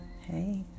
Hey